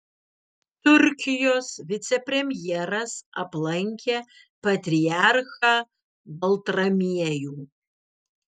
turkijos vicepremjeras aplankė patriarchą baltramiejų